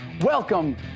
welcome